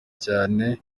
cyane